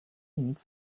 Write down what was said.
nic